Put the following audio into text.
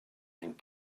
and